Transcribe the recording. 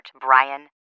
Brian